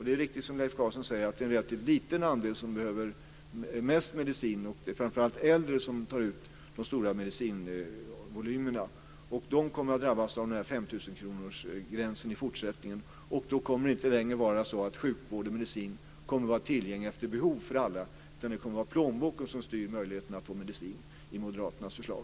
Det är riktigt som Leif Carlson säger att det är en relativt liten andel som behöver mest medicin. Det är framför allt äldre som tar ut de stora medicinvolymerna. De kommer att drabbas av den här femtusenkronorsgränsen i fortsättningen, och då kommer det inte längre att vara så att sjukvård och medicin kommer att vara tillgänglig efter behov för alla, utan det kommer att vara plånboken som styr möjligheten att få medicin i Moderaternas förslag.